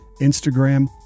Instagram